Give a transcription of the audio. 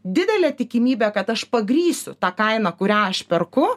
didelė tikimybė kad aš pagrįsiu tą kainą kurią aš perku